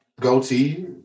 goatee